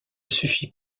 suffit